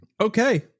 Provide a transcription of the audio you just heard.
Okay